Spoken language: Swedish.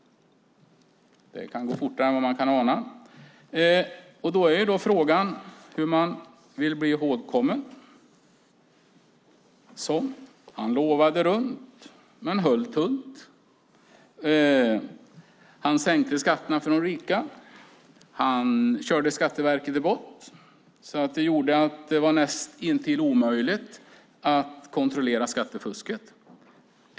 Det kan gå fortare än man kan ana. Frågan är hur man vill bli ihågkommen. Ska eftermälet vara att han lovade runt men höll tunt, att han sänkte skatterna för de rika och att han körde Skatteverket i botten så att det blev näst intill omöjligt att kontrollera skattefusket?